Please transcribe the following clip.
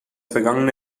vergangene